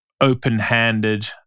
open-handed